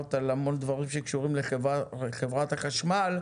שדיברת על המון דברים שקשורים לחברת החשמל,